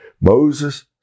Moses